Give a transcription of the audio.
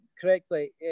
correctly